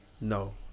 No